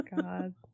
God